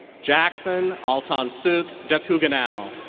jackson altoan-suk dajuginow.